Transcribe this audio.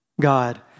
God